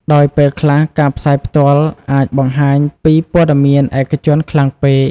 ដោយពេលខ្លះ ការផ្សាយផ្ទាល់ អាចបង្ហាញពីព័ត៌មានឯកជនខ្លាំងពេក។